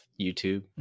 youtube